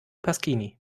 pasquini